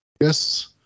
Yes